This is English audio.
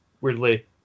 weirdly